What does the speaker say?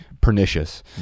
pernicious